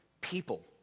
people